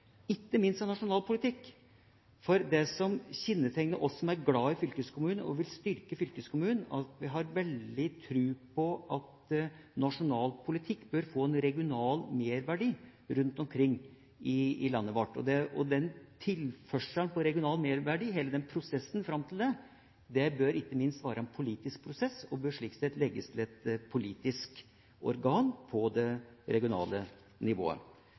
ikke minst når det gjelder nasjonal politikk. Det som kjennetegner oss som er glad i og vil styrke fylkeskommunen, er at vi har veldig tru på at nasjonal politikk bør få en regional merverdi rundt omkring i landet vårt. Hele prosessen fram til tilførsel av regional merverdi bør ikke minst være politisk, og bør slik sett legges til et politisk organ på det regionale nivået.